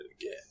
again